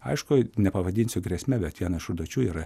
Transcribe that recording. aišku nepavadinsiu grėsme bet viena iš užduočių yra